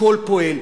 הכול פועל.